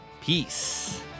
Peace